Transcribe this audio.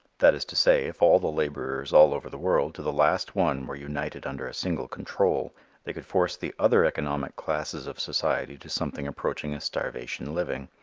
that is to say, if all the laborers all over the world, to the last one, were united under a single control they could force the other economic classes of society to something approaching a starvation living.